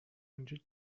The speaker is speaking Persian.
اونجا